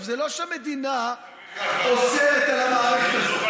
זה לא שהמדינה אוסרת על המערכת הזו.